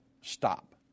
stop